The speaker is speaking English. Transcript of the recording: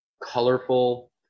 colorful